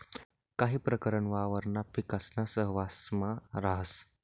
काही प्रकरण वावरणा पिकासाना सहवांसमा राहस